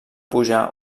pujar